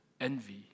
envy